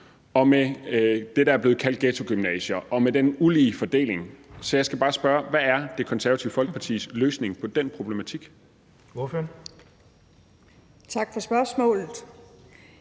og med det, der er blevet kaldt ghettogymnasier, og med den ulige fordeling. Så jeg skal bare spørge: Hvad er Det Konservative Folkepartis løsning på den problematik?